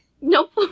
Nope